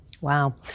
Wow